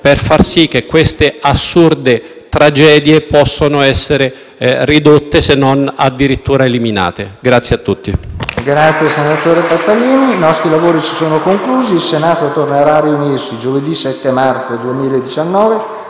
per far sì che queste assurde tragedie possano essere ridotte, se non addirittura eliminate. *(Applausi